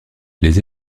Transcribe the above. les